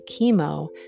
chemo